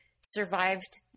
survived